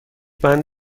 بند